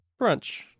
Brunch